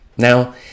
Now